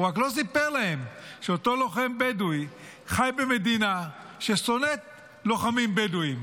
הוא רק לא סיפר להם שאותו לוחם בדואי חי במדינה ששונאת לוחמים בדואים,